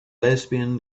lesbian